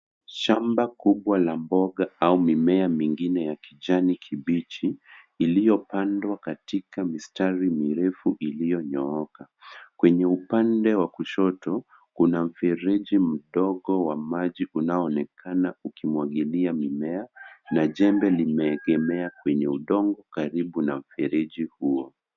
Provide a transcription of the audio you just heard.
Shamba kubwa la mboga au mimea mingine ya kijani kibichi iliyopandwa katika mistari mirefu iliyonyooka. Kwenye upande wa kushoto kuna mfereji mdogo wa maji unaonekana akimwangilia mimea na jembe limeengemea kwenye udongo karibu na mfereji huo.